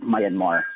Myanmar